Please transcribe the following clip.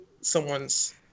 someone's